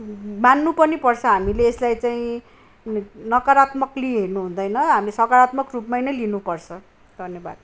मान्नु पनि पर्छ हामीले यसलाई चाहिँ नकरात्मकली हेर्नु हुँदैन हामी सकारात्मक रूपमा नै लिनुपर्छ धन्यबाद